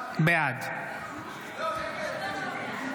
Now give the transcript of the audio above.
בעד לא, נגד.